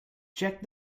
check